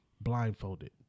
blindfolded